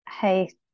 hey